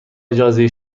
اجازه